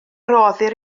rhoddir